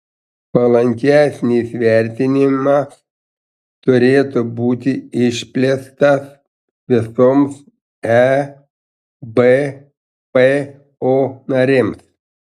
palankesnis vertinimas turėtų būti išplėstas visoms ebpo narėms